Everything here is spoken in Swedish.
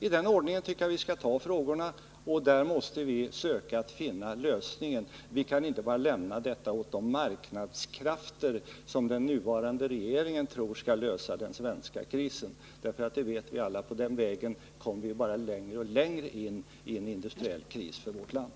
I denna ordning tycker jag att vi skall ta frågorna, och där måste vi söka finna lösningen. Vi kan inte bara lämna detta åt de marknadskrafter som den nuvarande regeringen tror skall lösa den svenska krisen, därför att vi vet alla att på den vägen kommer vi bara längre och längre in i en industriell kris för vårt land.